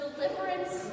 Deliverance